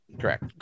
Correct